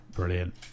brilliant